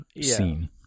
scene